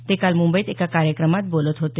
ते काल मुंबईत एका कार्यक्रमात बोलत होते